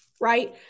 right